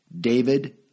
David